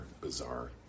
bizarre